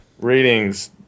Ratings